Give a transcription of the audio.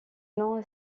nom